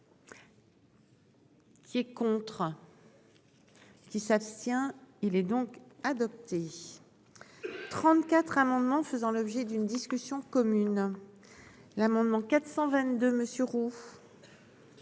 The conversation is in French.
Qui est contre. Qui s'abstient, il est donc adopté 34 amendements faisant l'objet d'une discussion commune: l'amendement 422 Monsieur